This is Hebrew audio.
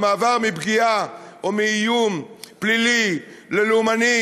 המרחק מפגיעה או מאיום פלילי ללאומני